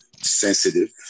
sensitive